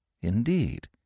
Indeed